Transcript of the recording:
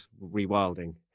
rewilding